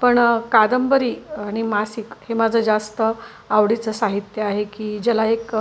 पण कादंबरी आणि मासिक हे माझं जास्त आवडीचं साहित्य आहे की ज्याला एक